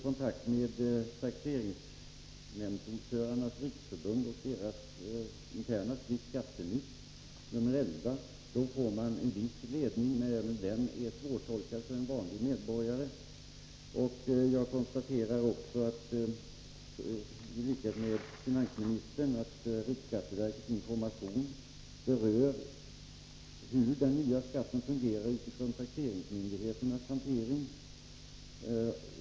Kontakt med Taxeringsnämndsordförandenas riksförbund och dess interna skrift Skattenytt nr 11 ger en viss ledning, men även den är svårtolkad för en vanlig medborgare. Jag konstaterar i likhet med finansministern att riksskatteverkets information berör hur den nya skatten fungerar utifrån taxeringsmyndigheternas hantering.